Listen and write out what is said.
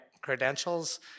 credentials